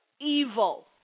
evil